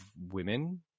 women